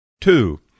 two